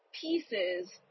pieces